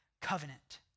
covenant